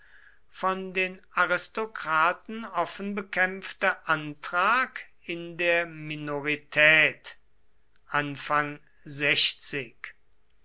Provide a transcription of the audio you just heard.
von den aristokraten offen bekämpfte antrag in der minorität